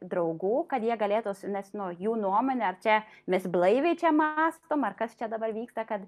draugų kad jie galėtų su nes nuo jų nuomone ar čia mes blaiviai čia mąstom ar kas čia dabar vyksta kad